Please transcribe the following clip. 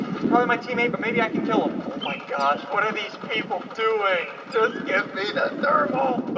he's probably my teammate but maybe i can kill him. oh my gosh what are these people doing? just give me the thermal.